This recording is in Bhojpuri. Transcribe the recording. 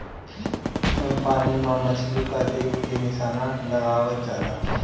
एमे पानी में मछरी के देख के निशाना लगावल जाला